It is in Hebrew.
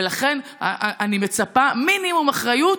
ולכן אני מצפה למינימום אחריות,